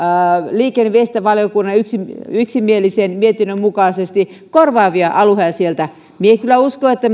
liikenne ja viestintävaliokunnan yksimielisen mietinnön mukaisesti korvaavia alueita sieltä minä kyllä uskon että